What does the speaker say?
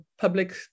public